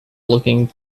looking